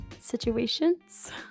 situations